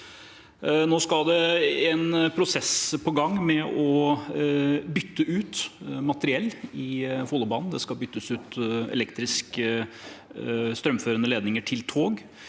Nå skal det i gang en prosess med å bytte ut materiell på Follobanen. Det skal byttes ut elektriske, strømførende ledninger til tog.